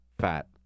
fat